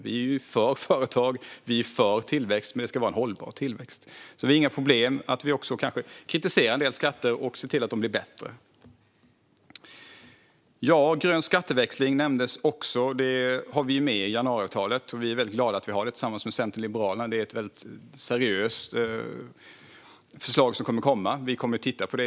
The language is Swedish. Vi är ju för företag och tillväxt, men det ska vara hållbar tillväxt. Vi har inga problem. Vi kritiserar kanske en del skatter och ser till att de blir bättre. Grön skatteväxling nämndes också. Det har vi med i januariavtalet, som vi är glada att vi har tillsammans med Centern och Liberalerna. Det är ett seriöst förslag som kommer, och vi ska titta på det.